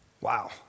Wow